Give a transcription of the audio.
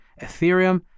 Ethereum